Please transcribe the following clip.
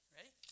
Ready